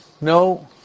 No